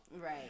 Right